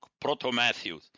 Proto-Matthew